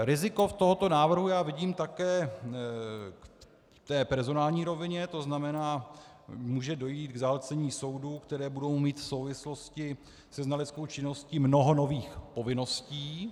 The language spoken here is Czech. Riziko tohoto návrhu vidím také v té personální rovině, to znamená, může dojít k zahlcení soudů, které budou mít v souvislosti se znaleckou činností mnoho nových povinností.